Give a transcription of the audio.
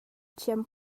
ṭhiam